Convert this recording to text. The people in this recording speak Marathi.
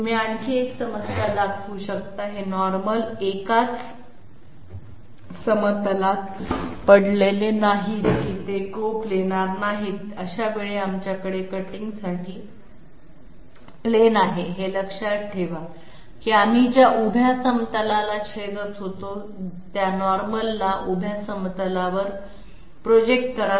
तुम्ही आणखी एक समस्या दाखवू शकता हे नॉर्मल एकाच समतलात पडलेले नाहीत की ते कोप्लेनार नाहीत अशावेळी आमच्याकडे कटिंग साठी प्लेन आहे हे लक्षात ठेवा की आम्ही ज्या उभ्या समतलाला छेदत होतो त्या नॉर्मलला उभ्या समतलावर प्रोजेक्ट करा